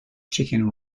chicken